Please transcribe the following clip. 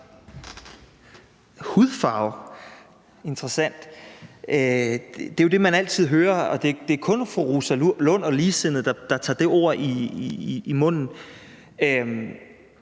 Det er jo det, man altid hører; det er kun fru Rosa Lund og ligesindede, der tager det ord i munden.